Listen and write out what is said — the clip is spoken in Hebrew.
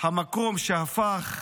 המקום שהפך